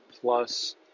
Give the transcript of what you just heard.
plus